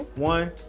one,